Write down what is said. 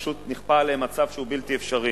פשוט נכפה עליהם מצב שהוא בלתי אפשרי.